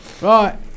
Right